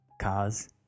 cars